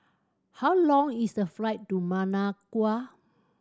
how long is the flight to Managua